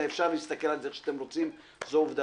אפשר להסתכל על זה איך שאתם רוצים, זו עובדה.